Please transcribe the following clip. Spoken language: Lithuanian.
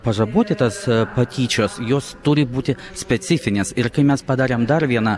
pažaboti tas patyčios jos turi būti specifinės ir kai mes padarėm dar vieną